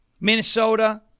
Minnesota